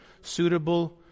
suitable